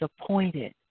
appointed